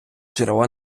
джерело